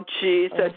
Jesus